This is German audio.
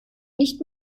nicht